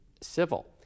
civil